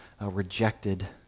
rejected